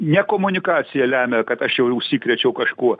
ne komunikacija lemia kad aš jau užsikrėčiau kažkuo